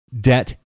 debt